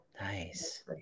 Nice